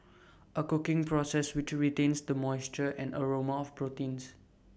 A cooking process which retains the moisture and aroma of proteins